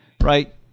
right